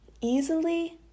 easily